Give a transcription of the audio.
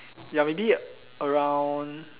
ya maybe around